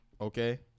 Okay